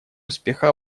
успеха